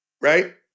right